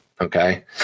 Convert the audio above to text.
okay